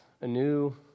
anew